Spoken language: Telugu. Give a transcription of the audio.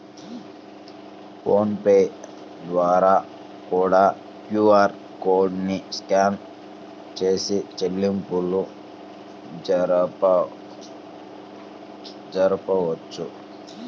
ఫోన్ పే ద్వారా కూడా క్యూఆర్ కోడ్ ని స్కాన్ చేసి చెల్లింపులు జరపొచ్చు